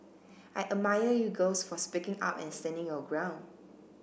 I admire you girls for speaking up and standing your ground